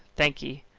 thankee.